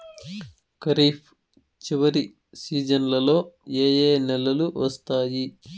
ఖరీఫ్ చివరి సీజన్లలో ఏ ఏ నెలలు వస్తాయి